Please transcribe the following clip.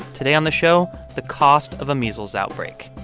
today on the show, the cost of a measles outbreak.